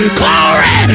glory